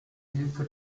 hilfe